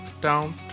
down